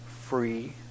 free